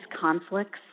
conflicts